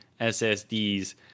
ssds